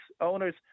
owners